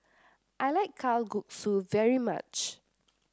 I like Kalguksu very much